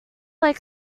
like